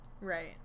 Right